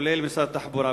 כולל משרד התחבורה.